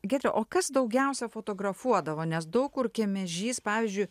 giedre o kas daugiausia fotografuodavo nes daug kur kemežys pavyzdžiui